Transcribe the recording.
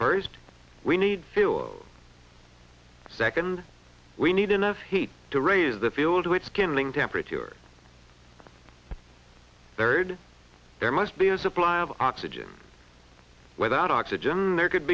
first we need fuel second we need enough heat to raise the field which can link temperature third there must be a supply of oxygen without oxygen there could